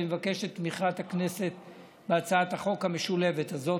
אני מבקש את תמיכת הכנסת בהצעת החוק המשולבת הזאת.